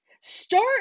Start